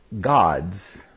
gods